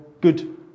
good